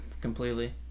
completely